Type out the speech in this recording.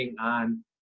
on